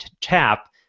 tap